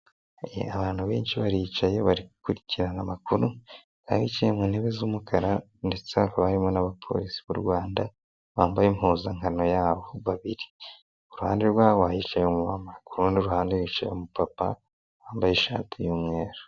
Abantu benshi baricaye bari gukurikirana amakuru bicaye mu ntebe z'umukara ndetse barimo n'abapolisi b'u rwanda bambaye impuzankano yabo babiri kuruhande rwabo hicaye umuntu kurundi ruhande hicaye umupapa wambaye ishati y'umweru.